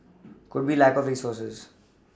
could be a lack of resources